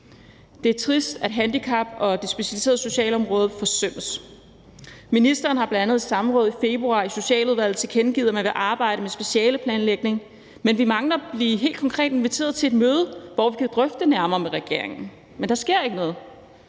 Det er trist, at handicapområdet og det specialiserede socialområde forsømmes. Ministeren har bl.a. i et samråd i februar i Socialudvalget tilkendegivet, at man vil arbejde med specialeplanlægning, men vi mangler helt konkret at blive inviteret til et møde, hvor vi kan drøfte det nærmere med regeringen. Men der sker ikke noget.